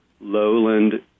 lowland